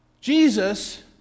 Jesus